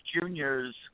Junior's